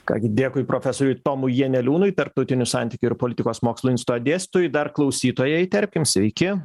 ką gi dėkui profesoriui tomui janeliūnui tarptautinių santykių ir politikos mokslų insto dėstytojui dar klausytojai įterpkim sveiki